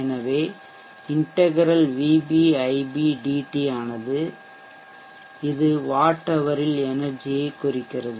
எனவே integral vb ib dt ஆனது இது வாட் ஹவரில் எனெர்ஜி ஐ குறிக்கிறது